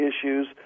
issues